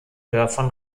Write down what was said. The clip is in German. dörfern